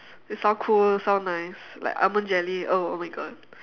it sound cool it sound nice like almond jelly oh oh my god